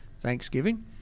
Thanksgiving